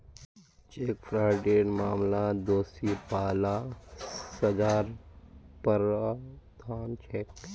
cheque फ्रॉडेर मामलात दोषी पा ल सजार प्रावधान छेक